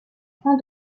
point